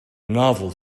novel